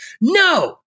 No